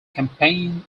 campaign